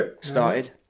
started